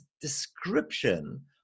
description